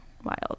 Wild